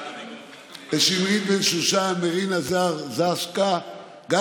לשמרית בן שושן, מרינה זר גסקה,